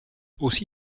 aussi